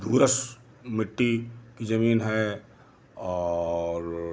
धूसर मिट्टी की जमीन है और